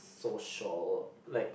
social like